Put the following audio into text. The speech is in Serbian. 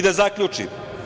Da zaključim.